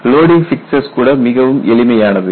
loading fixtures கூட மிகவும் எளிமையானவை